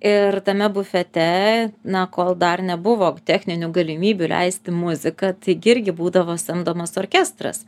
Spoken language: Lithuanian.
ir tame bufete na kol dar nebuvo techninių galimybių leisti muziką taigi irgi būdavo samdomas orkestras